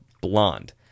Blonde